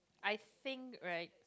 I think right